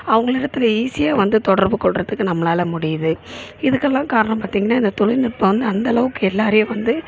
அவங்கள இடத்துல ஈஸியாக வந்து தொடர்புகொள்கிறதுக்கு நம்மளால முடியுது இதுக்கு எல்லாம் காரணம் பார்த்தீங்கனா இந்த தொழிநுட்பம் வந்து அந்தளவுக்கு எல்லாேரையும் வந்து